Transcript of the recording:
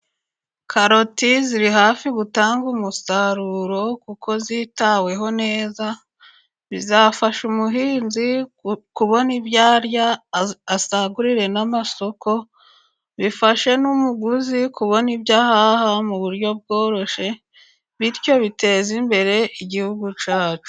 Karoti ziri hafi gutanga umusaruro kuko zitaweho neza, bizafasha umuhinzi kubona ibyo arya asagurire n'amasoko, bifashe n'umuguzi kubona ibyo ahaha mu buryo bworoshye bityo biteze imbere igihugu cyacu.